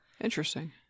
Interesting